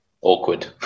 Awkward